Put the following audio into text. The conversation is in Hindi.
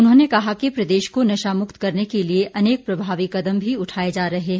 उन्होंने कहा कि प्रदेश को नशामुक्त करने के लिए अनेक प्रभावी कदम भी उठाए जा रहे हैं